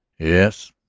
yes,